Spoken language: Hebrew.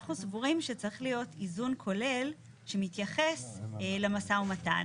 אנחנו סבורים שצריך להיות איזון כולל שמתייחס למשא ומתן.